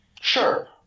Sure